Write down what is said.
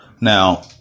Now